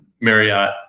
Marriott